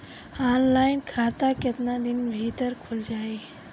Online खाता केतना दिन के भीतर ख़ुल जाई?